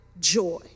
joy